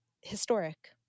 historic